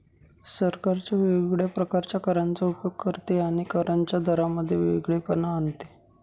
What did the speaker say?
सरकार वेगवेगळ्या प्रकारच्या करांचा उपयोग करते आणि करांच्या दरांमध्ये वेगळेपणा आणते